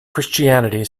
christianity